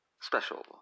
special